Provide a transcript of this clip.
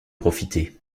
profiter